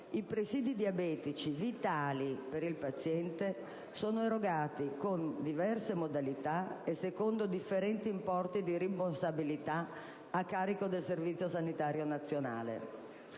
i presìdi vitali per il paziente diabetico sono erogati con diverse modalità e secondo differenti importi di rimborsabilità a carico del Servizio sanitario nazionale.